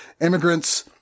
immigrants